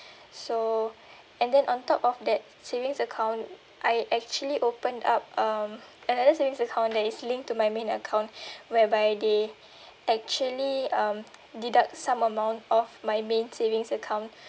so and then on top of that savings account I actually opened up um another savings account that is linked to my main account whereby they actually um deduct some amount of my main savings account